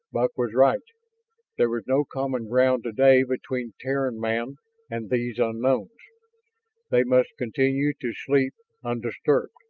buck was right there was no common ground today between terran man and these unknowns. they must continue to sleep undisturbed.